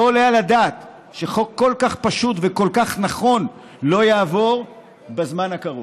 לא עולה על הדעת שחוק כל כך פשוט וכל כך נכון לא יעבור בזמן הקרוב.